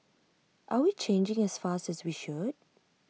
are we changing as fast as we should